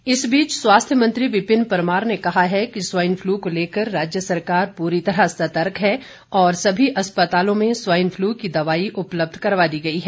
परमार इस बीच स्वास्थ्य मंत्री विपिन परमार ने कहा है कि स्वाइन फ्लू को लेकर राज्य सरकार पूरी तरह सतर्क है और सभी अस्पतालों में स्वाइन फ्लू की दवाई उपलब्ध करवा दी गई है